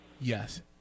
Yes